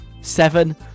Seven